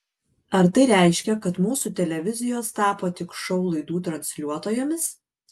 ar tai reiškia kad mūsų televizijos tapo tik šou laidų transliuotojomis